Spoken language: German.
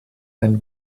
ein